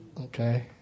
Okay